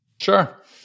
Sure